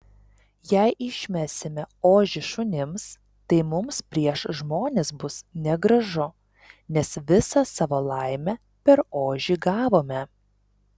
jei išmesime ožį šunims tai mums prieš žmones bus negražu nes visą savo laimę per ožį gavome